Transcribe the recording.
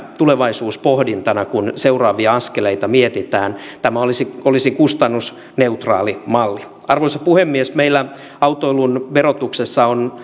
tulevaisuuspohdintana kun seuraavia askeleita mietitään tämä olisi olisi kustannusneutraali malli arvoisa puhemies meillä autoilun verotuksessa on